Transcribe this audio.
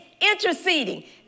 interceding